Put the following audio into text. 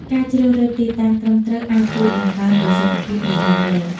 ការជ្រើសរើសទីតាំងត្រឹមត្រូវអាចជួយបង្កើនប្រសិទ្ធភាពនៃការរែង។